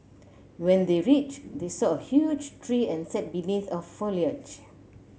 when they reached they saw a huge tree and sat beneath the foliage